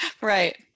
Right